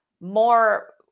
more